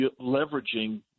leveraging